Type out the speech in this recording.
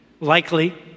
Likely